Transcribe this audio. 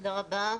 תודה רבה.